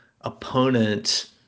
opponent